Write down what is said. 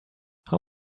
how